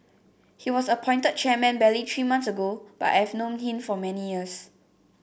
he was appointed chairman barely three months ago but I have known him for many years